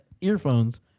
earphones